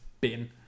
bin